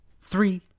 three